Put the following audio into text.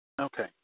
Okay